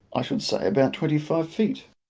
i should say about twenty-five feet?